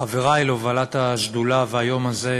חברי להובלת השדולה והיום הזה: